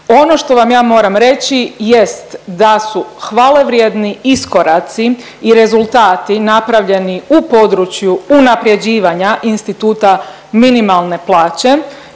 Ono što vam ja moram reći jest da su hvalevrijedni iskoraci i rezultati napravljeni u području unapređivanja instituta minimalne plaće